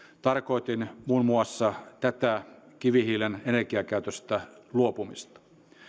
tarkoitin muun muassa tätä kivihiilen energiakäytöstä luopumista